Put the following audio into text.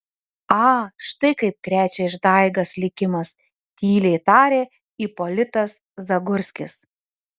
a štai kaip krečia išdaigas likimas tyliai tarė ipolitas zagurskis